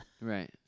Right